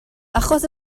achos